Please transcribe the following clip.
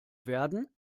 werden